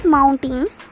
mountains